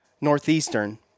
Northeastern